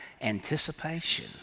anticipation